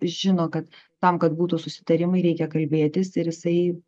žino kad tam kad būtų susitarimai reikia kalbėtis ir jisai